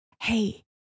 hey